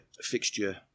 fixture